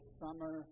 summer